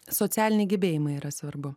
socialiniai gebėjimai yra svarbu